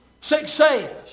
success